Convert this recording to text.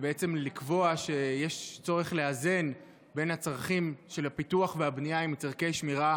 ובעצם לקבוע שיש צורך לאזן בין הצרכים של הפיתוח והבנייה עם צורכי שמירה